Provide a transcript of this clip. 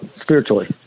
spiritually